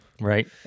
Right